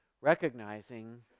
recognizing